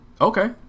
Okay